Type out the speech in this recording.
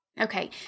Okay